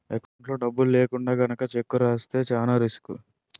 ఎకౌంట్లో డబ్బులు లేకుండా గనక చెక్కు రాస్తే చానా రిసుకే